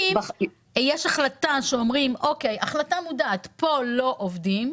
האם יש החלטה מודעת לפיה אומרים שכאן לא עובדים,